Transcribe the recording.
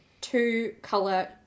two-color